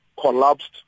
collapsed